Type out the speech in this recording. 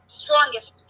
strongest